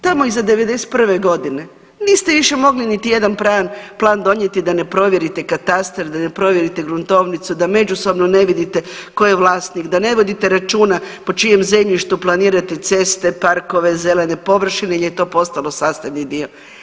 Tamo iza '91. godine niste više mogli niti jedan plan donijeti da ne provjerite katastar, da ne provjerite gruntovnicu, da međusobno ne vidite tko je vlasnik, da ne vodite računa po čijem zemljištu planirate ceste, parkove, zelene površine jer je to postalo sastavni dio.